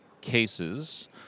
cases